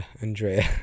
Andrea